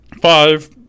five